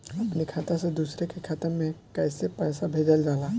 अपने खाता से दूसरे के खाता में कईसे पैसा भेजल जाला?